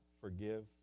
forgive